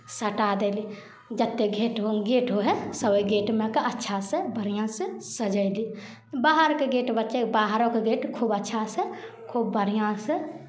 सटा देली जतेक घेँट हो गेट होइ हइ सभ ओहि गेटमे के अच्छासँ बढ़िआँसँ सजयली बाहरके गेट बचलै बाहरोके गेट खूब अच्छासँ खूब बढ़िआँसँ